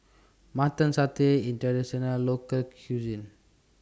Mutton Satay IS A Traditional Local Cuisine